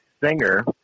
singer